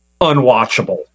unwatchable